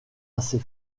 assez